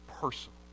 personal